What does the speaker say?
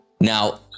Now